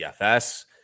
DFS